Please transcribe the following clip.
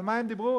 על מה הם דיברו?